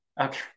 Okay